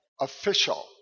official